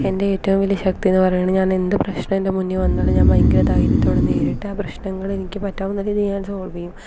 എൻ്റെ ഏറ്റവും വലിയ ശക്തി എന്ന് പറയുന്നത് ഞാൻ എന്ത് പ്രശ്നം എൻ്റെ മുന്നിൽ വന്നാലും ഞാൻ ഭയങ്കര ധൈര്യത്തോടെ നേരിട്ട് ആ പ്രശ്നങ്ങളെ എനിക്ക് പറ്റാവുന്ന രീതിയിൽ ഞാൻ സോൾവ് ചെയ്യും